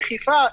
בחיפה,